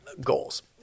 goals